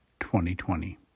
2020